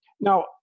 Now